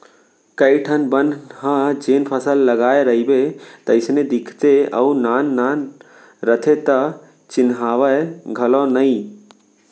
कइ ठन बन ह जेन फसल लगाय रइबे तइसने दिखते अउ नान नान रथे त चिन्हावय घलौ नइ